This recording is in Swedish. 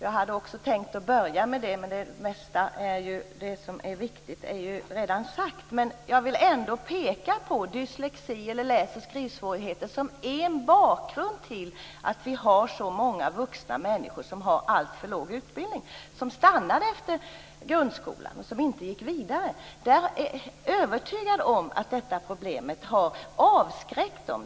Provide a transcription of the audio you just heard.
Jag hade också tänkt att börja med det, men det viktiga är redan sagt. Men jag vill ändå peka på dyslexi eller läs och skrivsvårigheter som en bakgrund till att vi har så många vuxna människor som har alltför låg utbildning. De stannade efter grundskolan och gick inte vidare. Jag är övertygad om att detta problem har avskräckt dem.